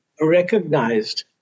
recognized